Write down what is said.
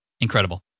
Incredible